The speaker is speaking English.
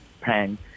plan